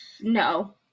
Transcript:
No